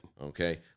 Okay